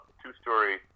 two-story